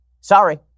Sorry